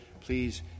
Please